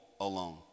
alone